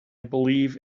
believe